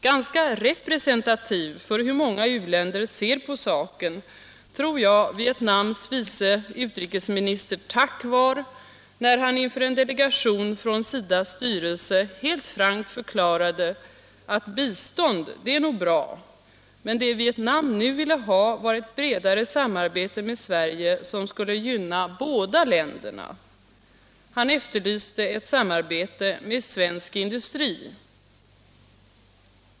Ganska representativ för hur många u-länder ser på saken tror jag att Vietnams vice utrikesminister Thach var, när han inför en delegation från SIDA:s styrelse förklarade att bistånd är nog bra, men det Vietnam nu ville ha var ett bredare samarbete med Sverige som skulle gynna båda länderna. Han efterlyste ett samarbete med svensk industri.